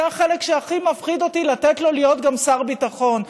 זה החלק שבו הכי מפחיד אותי לתת לו להיות גם שר ביטחון,